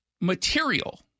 material